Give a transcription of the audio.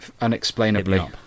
Unexplainably